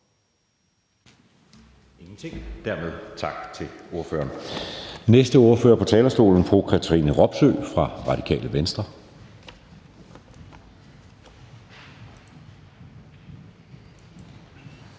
bemærkninger. Dermed tak til ordføreren. Næste ordfører på talerstolen er fru Katrine Robsøe fra Radikale Venstre.